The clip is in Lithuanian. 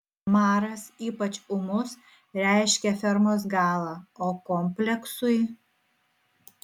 maras ypač ūmus reiškia fermos galą o kompleksui